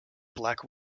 black